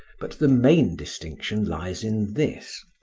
but the main distinction lies in this,